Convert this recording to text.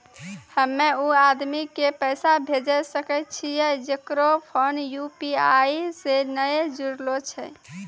हम्मय उ आदमी के पैसा भेजै सकय छियै जेकरो फोन यु.पी.आई से नैय जूरलो छै?